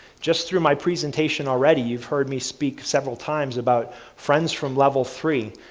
just through my presentation already, you've heard me speak several times about friends from level three,